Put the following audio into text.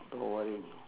without worrying